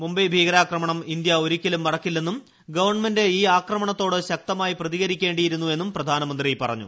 മുംബൈ ഭീകരാക്രമണം ഇന്ത്യ ഒരിക്കലും മറക്കില്ലെന്നും ഗവൺമെന്റ് ഈ ആക്രമണത്തോട് ശക്തമായി പ്രതികരിക്കേ ിയിരുന്നുവെന്നും പ്രധാനമന്ത്രി പറഞ്ഞു